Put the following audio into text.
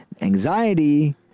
Anxiety